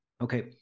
Okay